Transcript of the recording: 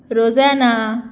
रोजेना